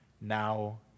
now